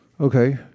Okay